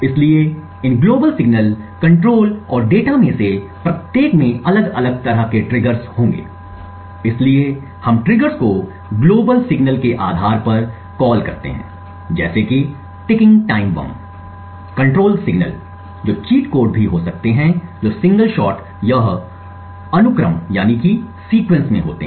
इसलिए इन global signal control और डेटा में से प्रत्येक में अलग अलग तरह के ट्रिगर्स होंगे इसलिए हम ट्रिगर्स को ग्लोबल सिग्नल के आधार पर कॉल करते हैं जैसे कि ticking time bomb control signal जो चीट कोड भी हो सकते हैं जो सिंगल शॉट या अनुक्रम में होते हैं